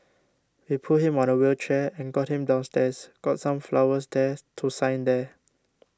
we put him on a wheelchair and got him downstairs got some flowers there to sign there